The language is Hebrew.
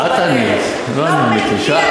לא בטוח שתהיה,